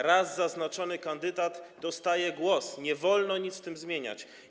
Raz zaznaczony kandydat dostaje głos, nie wolno nic w tym zmieniać.